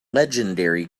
legendary